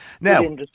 Now